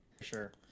sure